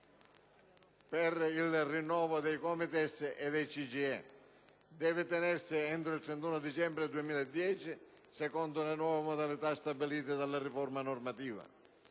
per il rinnovo dei COMITES e del CGIE devono tenersi entro il 31 dicembre 2010, secondo le nuove modalità stabilite dalla riforma normativa.